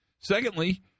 Secondly